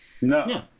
No